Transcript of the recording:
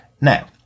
Now